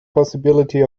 possibility